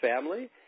family